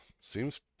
seems